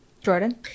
Jordan